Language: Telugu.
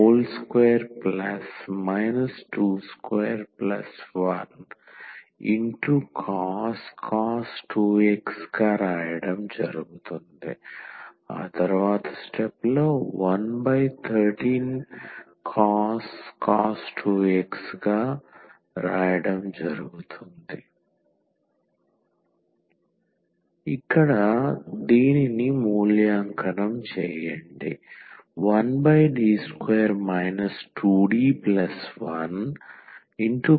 121cos 2x 113cos 2x